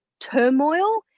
Turmoil